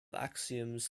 axioms